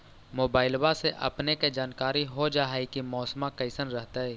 मोबाईलबा से अपने के जानकारी हो जा है की मौसमा कैसन रहतय?